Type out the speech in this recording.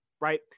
Right